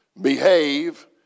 behave